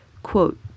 Quote